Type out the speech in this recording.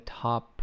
top